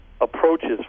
approaches